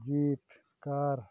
ᱡᱤᱯ ᱠᱟᱨ